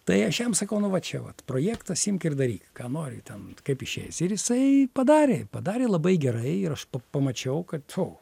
tai aš jam sakau nu va čia vat projektas imk ir daryk ką nori ten kaip išeis ir jisai padarė padarė labai gerai ir aš pa pamačiau kad o